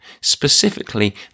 Specifically